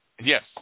Yes